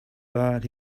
but